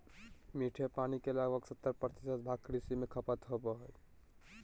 मीठे पानी के लगभग सत्तर प्रतिशत भाग कृषि में खपत होबो हइ